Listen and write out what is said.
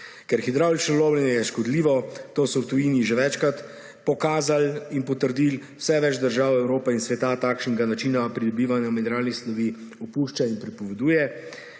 Ker hidravlično lomljenje je škodljivo, to so v tujini že večkrat pokazali in potrdili. Vse več držav Evrope in sveta takšnega načina pridobivanja mineralnih snovi opušča in prepoveduje.